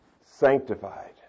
sanctified